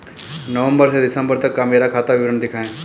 नवंबर से दिसंबर तक का मेरा खाता विवरण दिखाएं?